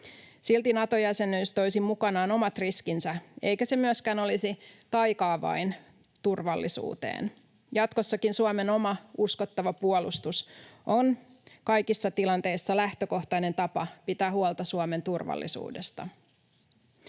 Silti Nato-jäsenyys toisi mukanaan omat riskinsä, eikä se myöskään olisi taika-avain turvallisuuteen. Jatkossakin Suomen oma uskottava puolustus on kaikissa tilanteissa lähtökohtainen tapa pitää huolta Suomen turvallisuudesta.